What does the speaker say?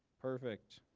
perfect.